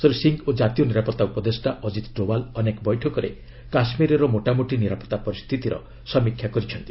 ଶ୍ରୀ ସିଂ ଓ ଜାତୀୟ ନିରାପତ୍ତା ଉପଦେଷ୍ଟା ଅଜିତ୍ ଡୋବାଲ୍ ଅନେକ ବୈଠକରେ କାଶ୍କୀରର ମୋଟାମୋଟି ନିରାପତ୍ତା ପରିସ୍ଥିତିର ସମୀକ୍ଷା କରିଛନ୍ତି